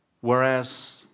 Whereas